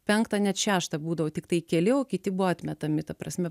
penktą net šeštą būdavo tiktai keli o kiti buvo atmetami ta prasme